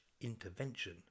intervention